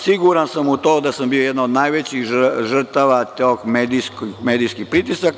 Siguran sam u to da sam bio jedna od najvećih žrtava tih medijskih pritisaka.